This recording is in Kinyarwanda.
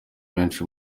benshi